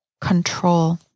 Control